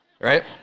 right